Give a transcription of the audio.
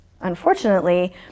unfortunately